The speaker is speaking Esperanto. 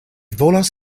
volas